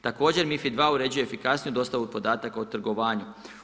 Također MiFID II uređuje efikasniju dostavu podataka o trgovanju.